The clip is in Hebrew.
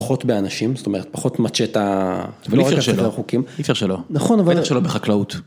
פחות באנשים, זאת אומרת, פחות מצ'טה, אבל אי אפשר שלא, אי אפשר שלא, בטח שלא בחקלאות.